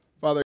Father